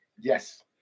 Yes